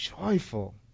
joyful